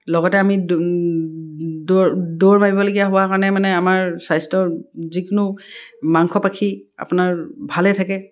লগতে আমি দৌৰ মাৰিবলগীয়া হোৱাৰ কাৰণে মানে আমাৰ স্বাস্থ্যৰ যিকোনো মাংসপেশী আপোনাৰ ভালে থাকে